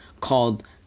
called